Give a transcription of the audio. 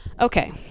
Okay